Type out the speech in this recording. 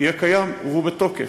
יהיה קיים, הוא בתוקף.